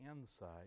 insight